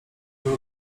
był